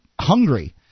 hungry